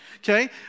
Okay